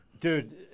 Dude